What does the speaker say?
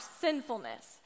sinfulness